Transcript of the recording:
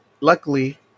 luckily